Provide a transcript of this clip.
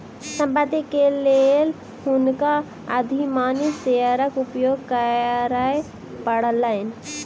संपत्ति के लेल हुनका अधिमानी शेयरक उपयोग करय पड़लैन